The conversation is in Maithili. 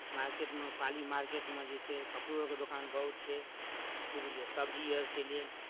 मार्केटमे पाली मार्केटमे जे छै कपड़ो आरके दोकान बहुत छै की बुझलियै सब्जी आरके लेल